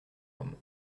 homme